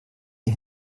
die